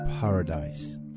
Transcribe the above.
paradise